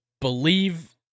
believe